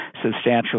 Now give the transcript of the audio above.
substantial